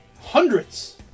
Hundreds